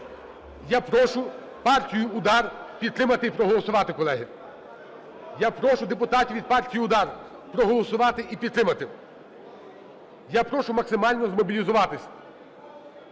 Я прошу партію "Удар" підтримати і проголосувати, колеги. Я прошу депутатів від партії "Удар" проголосувати і підтримати. Я прошу максимально змобілізуватись.